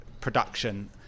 production